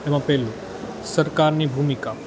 એમા પહેલું સરકારની ભૂમિકા